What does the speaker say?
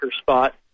spot